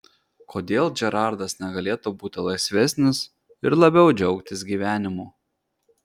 kodėl džerardas negalėtų būti laisvesnis ir labiau džiaugtis gyvenimu